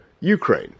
Ukraine